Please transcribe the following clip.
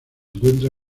encuentra